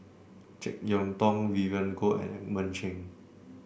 JeK Yeun Thong Vivien Goh at and Edmund Cheng